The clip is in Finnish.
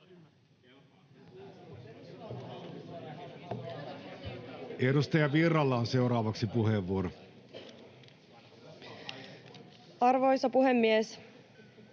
Edustaja Virralla on seuraavaksi puheenvuoro. [Speech